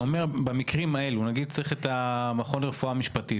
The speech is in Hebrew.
במקרים האלה, נניח צריך את המכון לרפואה משפטית,